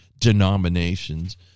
denominations